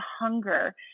hunger